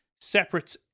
separate